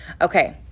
okay